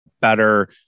better